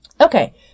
Okay